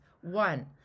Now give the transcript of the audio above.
one